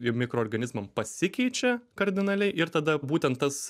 mikroorganizmam pasikeičia kardinaliai ir tada būtent tas